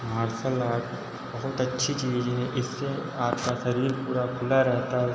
martial art बहुत अच्छी चीज़ है इससे आपका शरीर पूरा खुला रहता है